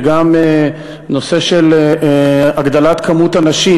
וגם בנושא של הגדלת מספר הנשים